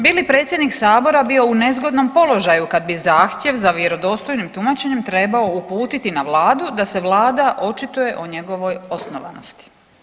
Bi li predsjednik Sabora bio u nezgodnom položaju kad bi zahtjev za vjerodostojnim tumačenjem trebao uputiti na Vladu da se Vlada očituje o njegovoj osnovanosti?